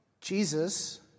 Jesus